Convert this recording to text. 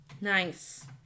Nice